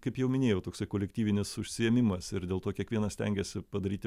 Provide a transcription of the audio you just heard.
kaip jau minėjau toksai kolektyvinis užsiėmimas ir dėl to kiekvienas stengiasi padaryti